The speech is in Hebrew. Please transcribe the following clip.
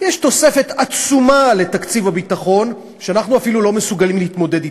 יש תוספת עצומה לתקציב הביטחון שאנחנו אפילו לא מסוגלים להתמודד אתה.